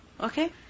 Okay